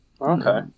Okay